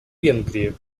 венгрии